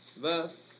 verse